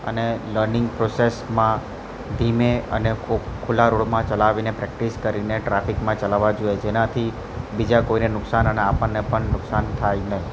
અને લર્નિંગ પ્રોસેસમાં ધીમે અને કોઈક ખો ખુલ્લા રોડમાં ચલાવીને પ્રેક્ટિસ કરીને ટ્રાફિકમાં ચલાવા જોએ જેનાથી બીજા કોઈને નુકસાન અને આપણને પણ નુકસાન થાય નહીં